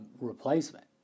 replacement